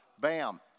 Bam